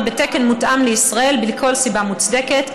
בתקן מותאם לישראל בלי כל סיבה מוצדקת.